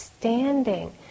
standing